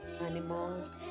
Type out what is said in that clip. animals